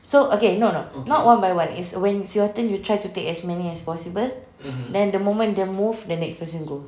so okay okay no no not one by one it's when it's your turn you try to take as many as possible then the moment the move the next person go